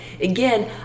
Again